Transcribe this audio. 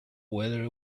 whether